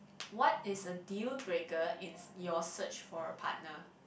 what is a dealbreaker in your search for a partner